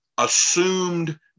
assumed